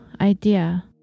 idea